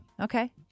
Okay